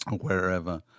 wherever